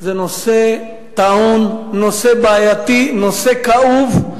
זה נושא טעון, נושא בעייתי, נושא כאוב.